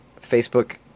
Facebook